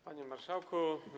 Panie Marszałku!